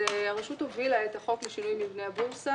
הרשות הובילה את החוק לשינוי מבנה הבורסה.